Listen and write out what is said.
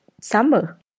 summer